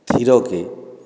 ଥିରକେ